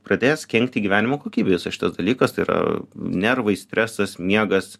pradės kenkti gyvenimo kokybei visas šitas dalykas tai yra nervai stresas miegas